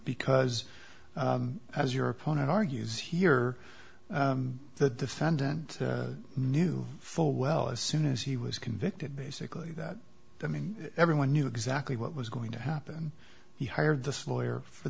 because as your opponent argues here the defendant knew full well as soon as he was convicted basically i mean everyone knew exactly what was going to happen he hired this lawyer for